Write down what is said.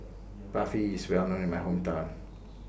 Barfi IS Well known in My Hometown